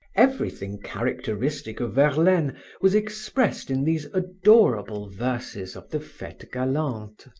everything characteristic of verlaine was expressed in these adorable verses of the fetes galantes